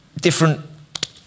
different